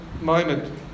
moment